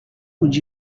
would